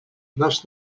наш